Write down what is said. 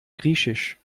griechisch